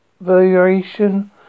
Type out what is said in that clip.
variation